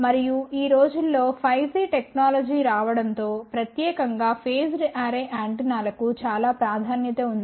మరియు ఈ రోజుల్లో 5 G టెక్నాలజీ రావడంతో ప్రత్యేకంగా ఫేజ్డ్ అర్రే యాంటెన్నాకు చాలా ప్రాధాన్యత ఉంది